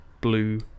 blue